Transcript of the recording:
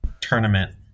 tournament